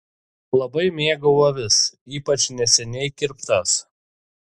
labai mėgau avis ypač neseniai kirptas